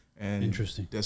Interesting